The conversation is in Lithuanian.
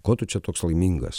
ko tu čia toks laimingas